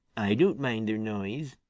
i don't mind their noise.